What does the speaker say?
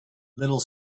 little